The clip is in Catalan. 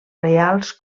reials